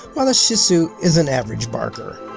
while the shih tzu is an average barker.